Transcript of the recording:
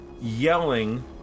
yelling